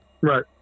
Right